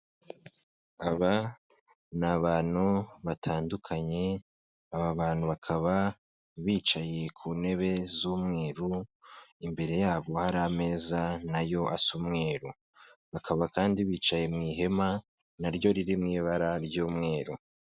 Aba ni abantu batandukanye, aba bantu bakaba bicaye ku ntebe z'umweru, imbere yabo hari ameza nayo asa umweru, bakaba kandi bicaye mu ihema naryo riri mu ibara ry'umweru.